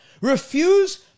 Refuse